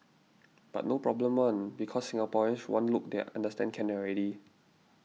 but no problem one because Singaporeans one look they are understand can already